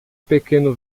pequeno